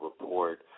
report